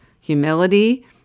humility